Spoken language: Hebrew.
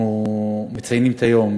אנחנו מציינים את היום,